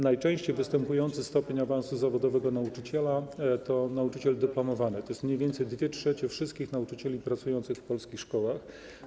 Najczęściej występujący stopień awansu zawodowego nauczyciela to nauczyciel dyplomowany, to mniej więcej 2/3 wszystkich nauczycieli pracujących w polskich szkołach.